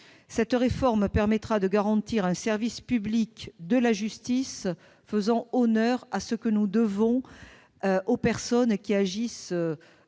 Cette réforme permettra de garantir un service public de la justice à la hauteur de ce que nous devons aux personnes qui agissent